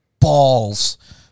balls